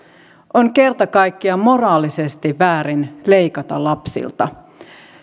on kerta kaikkiaan moraalisesti väärin leikata lapsilta